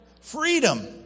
freedom